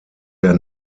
der